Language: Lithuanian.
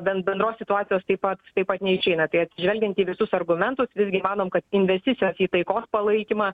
bent bendros situacijos taip pat taip pat neišeina tai atsižvelgiant į visus argumentus visgi manom kad investicijos į taikos palaikymą